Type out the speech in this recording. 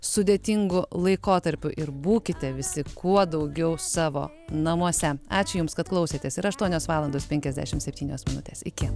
sudėtingu laikotarpiu ir būkite visi kuo daugiau savo namuose ačiū jums kad klausėtės yra aštuonios valandos penkiasdešimt septynios minutės iki